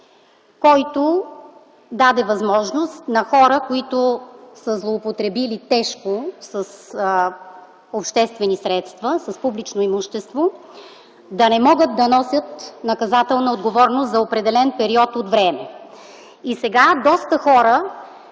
който даде възможност на хора, които са злоупотребили тежко с обществени средства, с публично имущество, да не могат да носят наказателна отговорност за определен период от време и сега доста хора